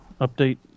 update